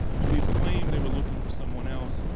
police claim they were looking for someone else.